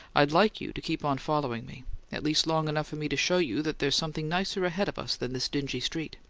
i'd like you to keep on following me at least long enough for me to show you that there's something nicer ahead of us than this dingy street.